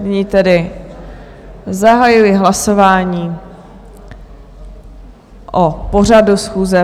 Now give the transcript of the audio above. Nyní tedy zahajuji hlasování o pořadu schůze.